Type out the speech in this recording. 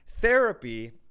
Therapy